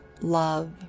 love